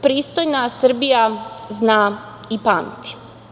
Pristojna Srbija zna i pamti.